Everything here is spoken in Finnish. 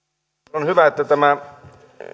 on hyvä että tämä